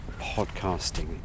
podcasting